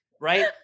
Right